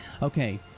Okay